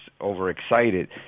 overexcited